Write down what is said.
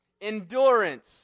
endurance